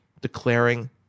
declaring